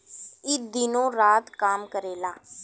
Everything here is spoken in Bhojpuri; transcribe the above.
ई दिनो रात काम करेला